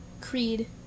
Creed